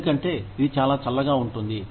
ఎందుకంటే ఇది చాలా చల్లగా ఉంటుంది